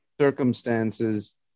circumstances